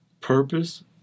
purpose